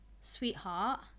sweetheart